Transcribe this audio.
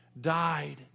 died